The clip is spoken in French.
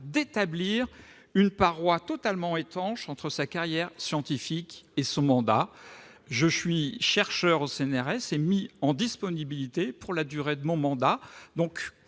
d'établir une paroi totalement étanche entre sa carrière scientifique et son mandat. Je suis chercheur au CNRS en position de disponibilité pour la durée de mon mandat.